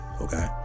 okay